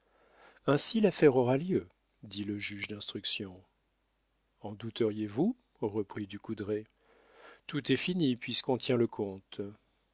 ainsi l'affaire aura lieu dit le juge d'instruction en douteriez vous reprit du coudrai tout est fini puisqu'on tient le comte